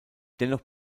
dennoch